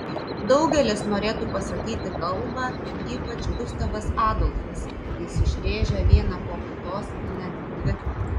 daugelis norėtų pasakyti kalbą ypač gustavas adolfas jis išrėžia vieną po kitos net dvi